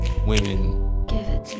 women